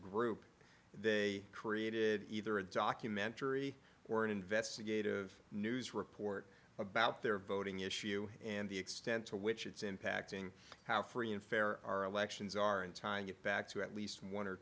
group they created either a documentary or an investigative news report about their voting issue and the extent to which it's impacting how free and fair our elections are in time get back to at least one or